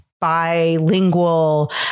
bilingual